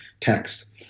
text